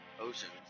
oceans